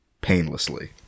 painlessly